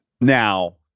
Now